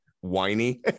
whiny